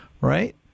right